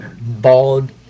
bald